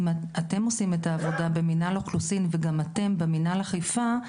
אם אתם עושים את העבודה במנהל האוכלוסין וגם אתם במנהל האכיפה,